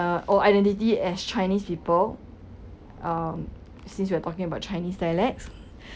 or identity as chinese people um since we're talking about chinese dialects